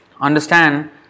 understand